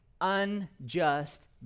unjust